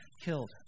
killed